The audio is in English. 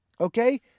Okay